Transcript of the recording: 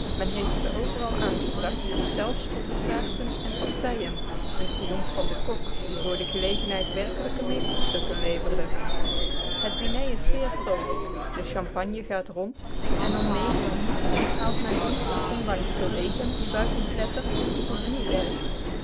men heeft ze overal aangebracht zelfs op de taarten en pasteien een triomf van den kok die voor de gelegenheid werkelijke meesterstukken leverde het diner is zeer vroolijk de champagne gaat rond en om negen uur onthaalt men ons trots den regen die buiten klettert op een vuurwerk